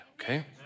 okay